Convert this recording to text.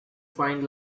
find